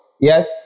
Yes